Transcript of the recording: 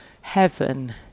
heaven